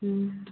ம்